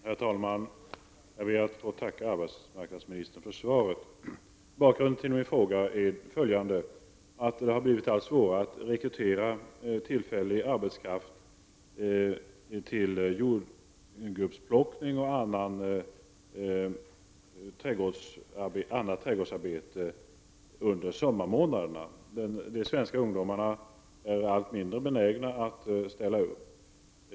Herr talman! Jag ber att få tacka arbetsmarknadsministern för svaret. Bakgrunden till min fråga är följande. Det har blivit allt svårare att rekrytera tillfällig arbetskraft till jordgubbsplockning och annat trädgårdsarbete under sommarmånaderna. De svenska ungdomarna är allt mindre benägna att ställa upp.